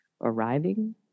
arriving